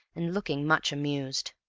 and looking much amused.